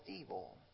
evil